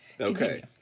Okay